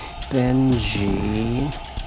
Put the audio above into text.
Benji